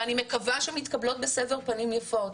ואני מקווה שמתקבלות בסבר פנים יפות,